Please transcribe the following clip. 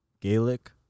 Gaelic